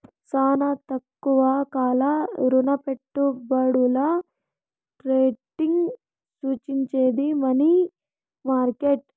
శానా తక్కువ కాల రుణపెట్టుబడుల ట్రేడింగ్ సూచించేది మనీ మార్కెట్